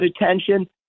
attention